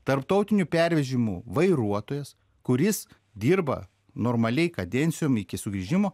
tarptautinių pervežimų vairuotojas kuris dirba normaliai kadencijom iki sugrįžimo